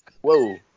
whoa